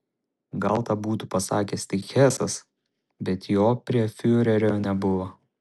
gal tą būtų pasakęs tik hesas bet jo prie fiurerio nebuvo